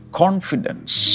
confidence